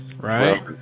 Right